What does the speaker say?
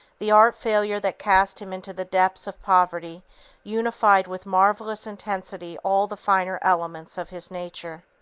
the art failure that cast him into the depths of poverty unified with marvellous intensity all the finer elements of his nature.